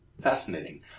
Fascinating